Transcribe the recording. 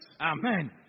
Amen